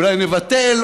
אולי נבטל,